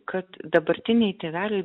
kad dabartiniai tėveliai